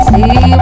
See